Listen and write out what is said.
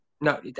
No